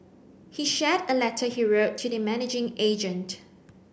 he shared a letter he wrote to the managing agent